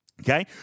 Okay